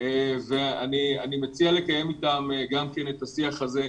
ואני מציע לקיים אתם את השיח הזה.